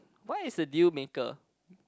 what is a deal maker